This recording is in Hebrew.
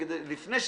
ברורה.